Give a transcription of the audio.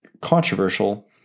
controversial